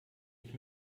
ich